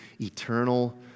eternal